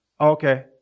Okay